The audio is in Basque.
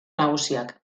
nagusiak